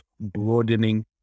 broadening